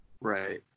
Right